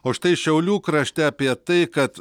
o štai šiaulių krašte apie tai kad